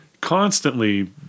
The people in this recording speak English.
Constantly